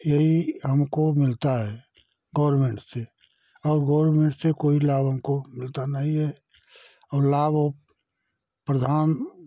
यही हमको मिलता है गौरमेंट से और गौरमेंट से कोई लाभ हमको मिलता नहीं है और लाभ प्रधान